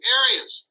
areas